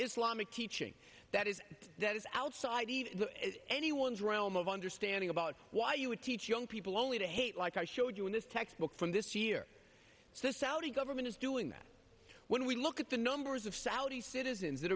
islamic teaching that is that is outside the anyone's realm of understanding about why you would teach young people only to hate like i showed you in this textbook from this year says saudi government is doing that when we look at the numbers of saudi citizens that